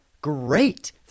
Great